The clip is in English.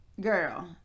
girl